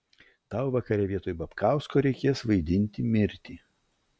tau vakare vietoj babkausko reikės vaidinti mirtį